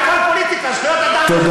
הכול פוליטיקה, זכויות אדם זה פוליטיקה.